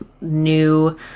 new